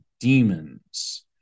demons